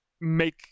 make